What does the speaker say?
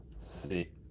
See